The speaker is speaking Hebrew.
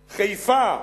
חיפה.